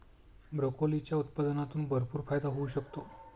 ब्रोकोलीच्या उत्पादनातून भरपूर फायदा होऊ शकतो